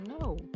no